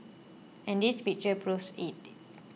and this picture proves it